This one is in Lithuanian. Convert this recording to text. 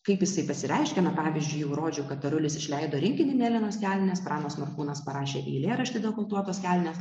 kaip jisai pasireiškia na pavyzdžiui jau rodžiau kad tarulis išleido rinkinį mėlynos kelnės pranas norkūnas parašė eilėraštį dekoltuotos kelnės